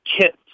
kits